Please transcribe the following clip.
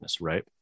Right